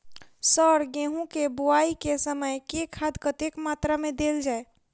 Sir गेंहूँ केँ बोवाई केँ समय केँ खाद कतेक मात्रा मे देल जाएँ?